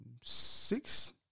six